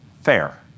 fair